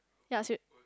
ya